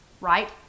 right